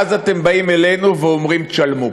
ואז אתם באים אלינו ואומרים: תשלמו.